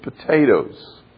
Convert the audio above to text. potatoes